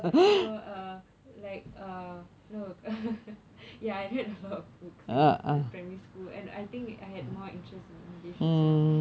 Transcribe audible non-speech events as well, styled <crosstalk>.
no err like err no <laughs> ya I read a lot of books in primary school and I think I had more interest in english as well